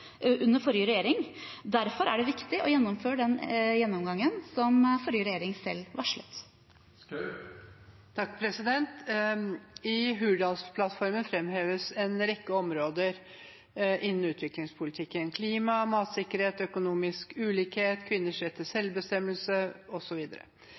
under forrige regjering. Derfor er det viktig å gjennomføre den gjennomgangen som forrige regjering selv varslet. I Hurdalsplattformen framheves en rekke områder innen utviklingspolitikken: klima, matsikkerhet, økonomisk ulikhet, kvinners rett til